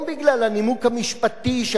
"שהחוק קיים" מתנגדת לו האופוזיציה השמאלנית.